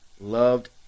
loved